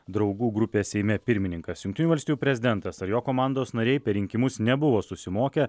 draugų grupės seime pirmininkas jungtinių valstijų prezidentas ar jo komandos nariai per rinkimus nebuvo susimokę